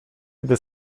gdy